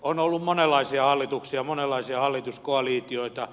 on ollut monenlaisia hallituksia monenlaisia hallituskoalitioita